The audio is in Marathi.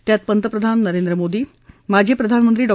त्यात प्रधानमंत्री नरेंद्र मोदी माजी प्रधानमंत्री डॉ